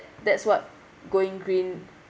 that's what going green